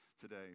today